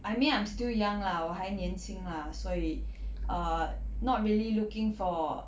I mean I'm still young lah 我还年轻 lah 所以 err not really looking for